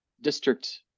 district